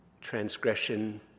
transgression